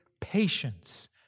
patience